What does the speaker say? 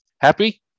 Happy